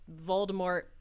Voldemort